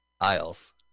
Isles